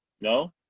No